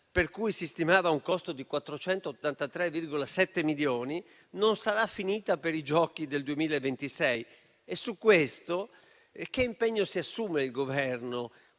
per cui si stimava un costo di 483,7 milioni non sarà finita per i giochi del 2026. Quale impegno si assume su questo